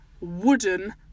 wooden